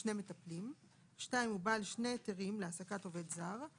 לשני מטפלים; (2)הוא בעל שני היתרים להעסקת עובד זר,